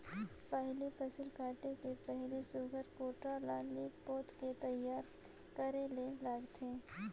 पहिले फसिल काटे के पहिले सुग्घर कोठार ल लीप पोत के तइयार करे ले लागथे